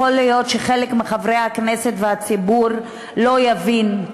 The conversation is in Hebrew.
ויכול להיות שחלק מחברי הכנסת והציבור לא יבינו,